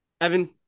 Evan